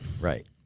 Right